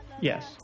Yes